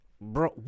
Bro